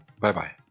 Bye-bye